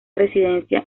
residencia